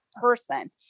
person